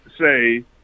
say